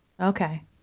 Okay